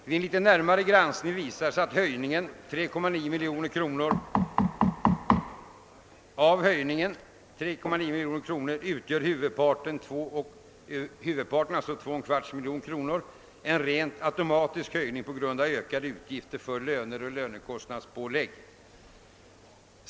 Vid närmare granskning visar det sig att av höjningen på 3,9 miljoner kronor utgör huvudparten — 2,25 miljoner kronor — en rent automatisk höjning på grund av ökade utgifter för löner och lönekostnadspålägg.